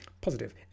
positive